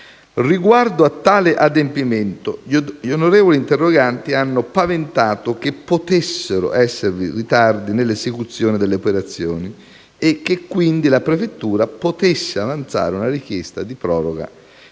Riguardo a tale adempimento, gli onorevoli interroganti hanno paventato che potessero esservi ritardi nell'esecuzione delle operazioni e che, quindi, la prefettura potesse avanzare una richiesta di proroga